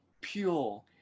pure